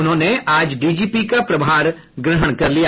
उन्होंने आज डीजीपी का प्रभार ग्रहण कर लिया